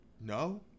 No